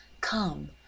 Come